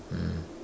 mm